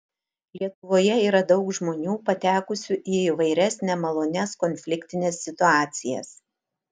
lietuvoje yra daug žmonių patekusių į įvairias nemalonias konfliktines situacijas